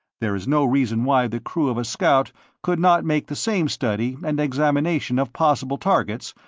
there is no reason why the crew of a scout could not make the same study and examination of possible targets,